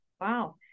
Wow